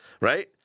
right